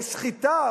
לסחיטה,